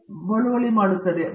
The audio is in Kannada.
ಪ್ರತಾಪ್ ಹರಿಡೋಸ್ ಹೌದು ಹೌದು